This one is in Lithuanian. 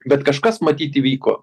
bet kažkas matyt įvyko